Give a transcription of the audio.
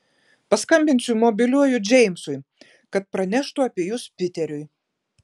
paskambinsiu mobiliuoju džeimsui kad praneštų apie jus piteriui